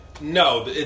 No